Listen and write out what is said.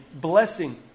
blessing